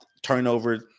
turnover